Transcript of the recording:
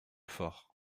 fort